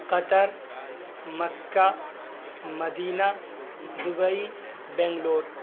Qatar Mecca Medina Dubai Bangalore